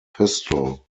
pistol